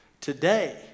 Today